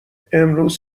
امروز